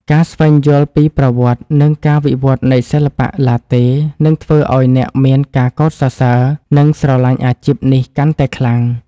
ការស្វែងយល់ពីប្រវត្តិ និងការវិវត្តនៃសិល្បៈឡាតេ នឹងធ្វើឱ្យអ្នកមានការកោតសរសើរ និងស្រឡាញ់អាជីពនេះកាន់តែខ្លាំង។